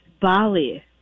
Bali